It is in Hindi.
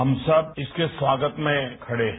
हम सब इसके स्वागत में खड़े हैं